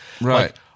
Right